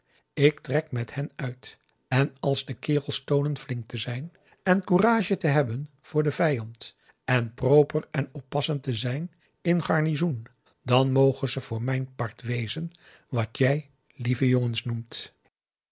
ik trek met hen uit en als de kerels toonen flink te zijn en courage te hebben voor den vijand en proper en oppassend te zijn in garnizoen dan mogen ze voor mijn part wezen wat jij lieve jongens noemt